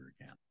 again